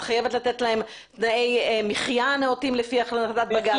את חייבת לתת להם תנאי מחיה נאותים לפי החלטת בג"ץ.